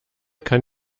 kann